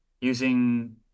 using